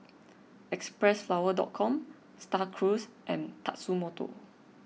Xpressflower Com Star Cruise and Tatsumoto